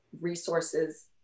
resources